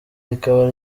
rikaba